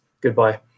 Goodbye